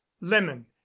lemon